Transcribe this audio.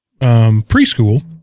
preschool